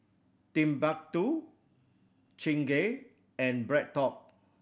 Timbuk Two Chingay and BreadTalk